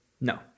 no